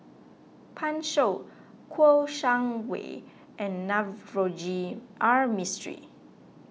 Pan Shou Kouo Shang Wei and Navroji R Mistri